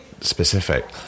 specific